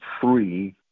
three